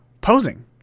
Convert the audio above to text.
posing